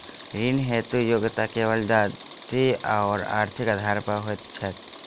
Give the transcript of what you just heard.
ऋण हेतु योग्यता केवल जाति आओर आर्थिक आधार पर होइत छैक की?